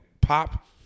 pop